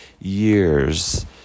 years